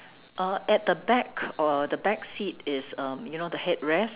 uh at the back uh the backseat is um you know the headrest